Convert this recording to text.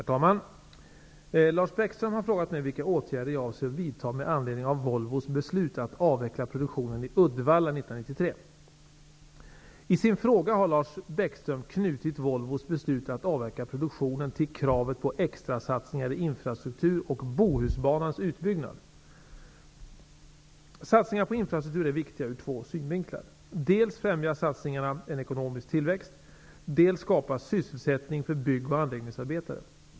Herr talman! Lars Bäckström har frågat mig vilka åtgärder jag avser att vidta med anledning av Uddevalla 1993. I sin fråga har Lars Bäckström knutit Volvos beslut att avveckla produktionen till kravet på extrasatsningar i infrastruktur och Satsningar på infrastruktur är viktiga ur två synvinklar. Dels främjar satsningarna en ekonomisk tillväxt, dels skapas sysselsättning för bygg och anläggningsarbetare.